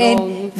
כן.